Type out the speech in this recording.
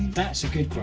that's a good